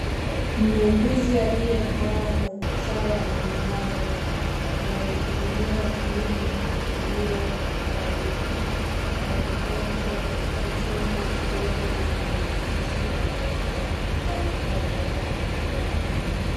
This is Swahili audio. Muuguzi aliye vaa sare ya manjano anaihudumia mwili iliyo fariki, anaonekana akiwa katika chumba kidogo lenye kiti na meza na vifaa vya kuandalia.